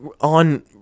on